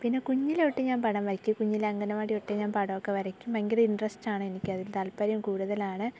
പിന്നെ കുഞ്ഞിലെ തൊട്ട് ഞാൻ പടം വരയ്ക്കും കുഞ്ഞിലെ അംഗനവാടി തൊട്ടേ ഞാൻ പടമൊക്കെ വരയ്ക്കും ഭയങ്കര ഇൻട്രസ്റ്റാണ് എനിക്കതിൽ താൽപ്പര്യം കൂടുതലാണ്